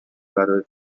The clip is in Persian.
برای